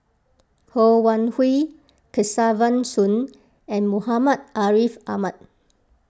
Ho Wan Hui Kesavan Soon and Muhammad Ariff Ahmad